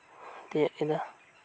ᱛᱤᱭᱟᱹᱜ ᱠᱮᱫᱟ